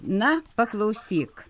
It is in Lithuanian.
na paklausyk